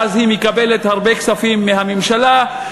ואז היא מקבלת הרבה כספים מהממשלה,